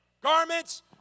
garments